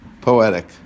poetic